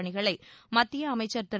பணிகளை மத்திய அமைச்சர் திரு